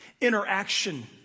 interaction